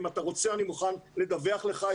אם אתה רוצה אני מוכן לדווח לך,